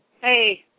Hey